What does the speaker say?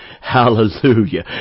Hallelujah